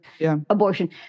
abortion